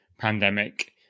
pandemic